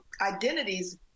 identities